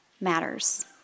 matters